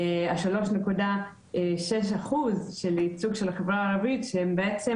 ה- 3.6% של ייצוג של החברה הערבית שהם בעצם